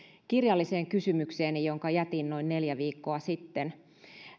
kirjalliseen kysymykseeni jonka jätin noin neljä viikkoa sitten